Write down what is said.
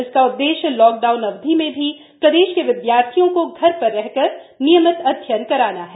इसका उददेश्य lockdown अवधि में भी प्रदेश के विद्यार्थियों को घर पर रहकर नियमित अध्ययन कराना है